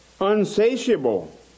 unsatiable